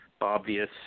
obvious